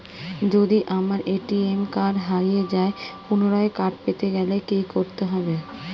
যদি আমার ATM card হারিয়ে যায় পুনরায় কার্ড পেতে গেলে কি করতে হবে?